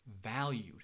valued